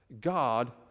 God